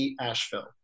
Asheville